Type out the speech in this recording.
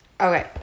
Okay